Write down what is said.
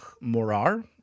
Morar